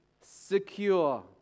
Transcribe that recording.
secure